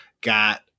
got